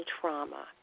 trauma